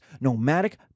nomadic